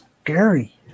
scary